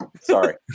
Sorry